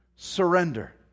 surrender